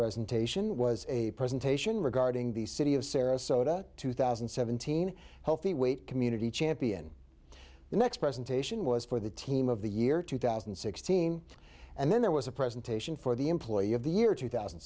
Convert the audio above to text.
presentation was a presentation regarding the city of sarasota two thousand and seventeen healthy weight community champion the next presentation was for the team of the year two thousand and sixteen and then there was a presentation for the employee of the year two thousand